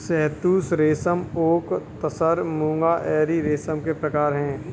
शहतूत रेशम ओक तसर मूंगा एरी रेशम के प्रकार है